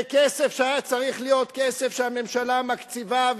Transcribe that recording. זה כסף שהיה צריך להיות כסף שהממשלה מקציבה,